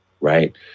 right